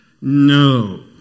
No